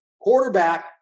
quarterback